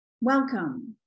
Welcome